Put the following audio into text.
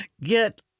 get